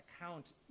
account